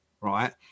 right